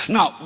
Now